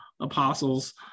apostles